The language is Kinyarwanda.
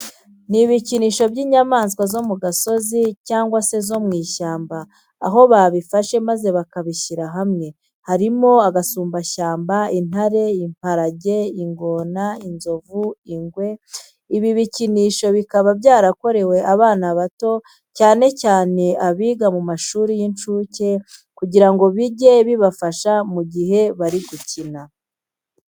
Ni ibikinisho by'inyamaswa zo mu gasozi cyangwa se zo mu ishyamba, aho babifashe maze bakabishyira hamwe. Harimo agasumbashyamba, intare, imparage, ingona, inzovu, n'ingwe. Ibi bikinisho bikaba byarakorewe abana bato cyane cyane abiga mu mashuri y'incuke kugira ngo bijye bibafasha mu gihe bari gukina.